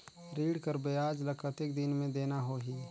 ऋण कर ब्याज ला कतेक दिन मे देना होही?